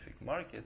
market